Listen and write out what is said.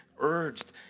urged